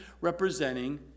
representing